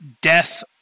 Death